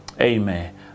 Amen